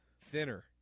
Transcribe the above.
Thinner